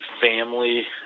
family